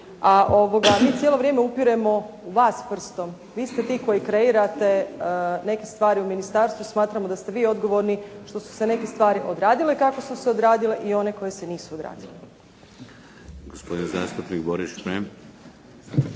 A mi cijelo vrijeme upiremo u vas prstom. Vi ste ti koji kreirate neke stvari u ministarstvu. Smatramo da ste vi odgovorni što su se neke stvari odradile kako su se odradile i one koje se nisu odradile.